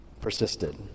persisted